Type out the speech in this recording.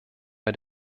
bei